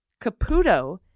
caputo